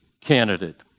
candidate